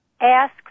ask